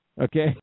okay